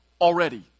Already